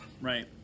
Right